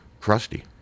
Crusty